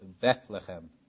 Bethlehem